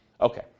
Okay